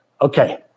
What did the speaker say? Okay